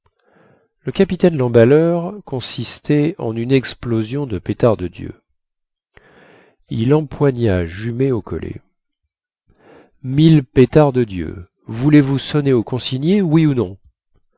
le capitaine lemballeur consistait en une explosion de pétards de dieu il empoigna jumet au collet mille pétards de dieu voulez-vous sonner aux consignés oui ou non